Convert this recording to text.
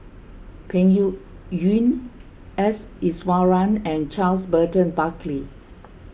Peng Yuyun S Iswaran and Charles Burton Buckley